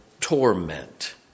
torment